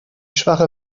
schwache